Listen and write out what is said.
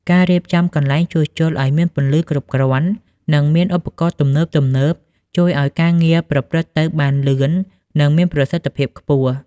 ការរៀបចំកន្លែងជួសជុលឱ្យមានពន្លឺគ្រប់គ្រាន់ និងមានឧបករណ៍ទំនើបៗ ជួយឱ្យការងារប្រព្រឹត្តទៅបានលឿន និងមានប្រសិទ្ធភាពខ្ពស់។